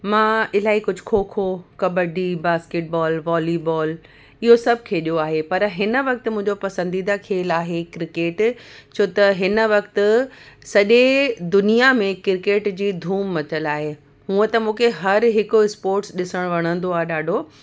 मां इलाही कुझु kho kho kabaddi basketball volleyball इहो सभु खेॾियो आहे पर हिन वक़्तु मुंहिंजो पसंदीदा खेल आहे क्रिकेट छो त हिन वक़्तु सॼे दुनिया में क्रिकेट जी धूम मचियलु आहे हूअं त मूंखे हर हिकु स्पॉर्ट्स ॾिसणु वणंदो आहे ॾाढो